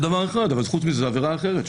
אבל פה מדובר על עבירה אחרת,